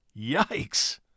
Yikes